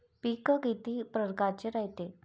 पिकं किती परकारचे रायते?